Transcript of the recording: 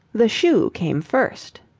the shoe came first.